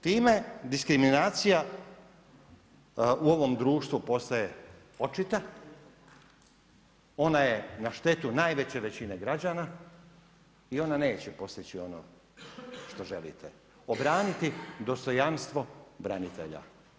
Time diskriminacija u ovom društvu postaje očita, ona je na štetu najveće većine građana i ona neće postići ono što želite, obraniti dostojanstvo branitelja.